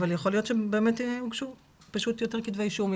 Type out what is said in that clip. אבל יכול להיות שבאמת הוגשו יותר כתבי אישום,